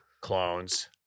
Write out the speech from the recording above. Clones